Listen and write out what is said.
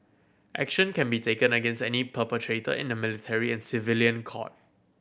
action can be taken against any perpetrator in the military and civilian court